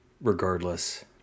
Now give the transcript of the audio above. regardless